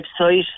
website